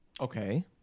Okay